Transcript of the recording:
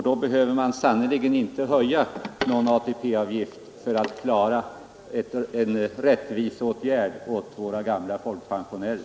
Då behöver man sannerligen inte höja någon ATP-avgift för att klara en rättviseåtgärd åt våra gamla folkpensionärer.